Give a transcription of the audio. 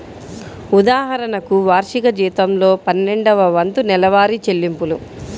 ఉదాహరణకు, వార్షిక జీతంలో పన్నెండవ వంతు నెలవారీ చెల్లింపులు